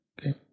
okay